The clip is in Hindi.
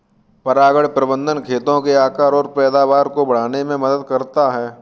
परागण प्रबंधन खेतों के आकार और पैदावार को बढ़ाने में मदद करता है